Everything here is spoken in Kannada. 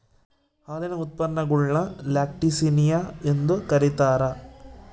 ಹಾಲಿನ ಉತ್ಪನ್ನಗುಳ್ನ ಲ್ಯಾಕ್ಟಿಸಿನಿಯ ಎಂದು ಕರೀತಾರ